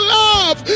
love